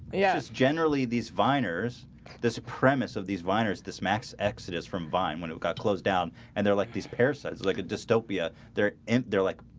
yes, generally these viners the supremacy of these whiners dis max exodus from vine when it got closed down and they're like these parasites like a dystopia there int. they're like